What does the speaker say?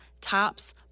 tops